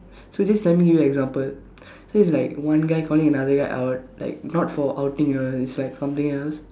so just let me give you an example so is like one guy calling another guy out like not for outing you know it's like something else